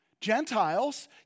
Gentiles